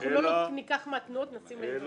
אנחנו לא ניקח מהתנועות וניתן לארגונים.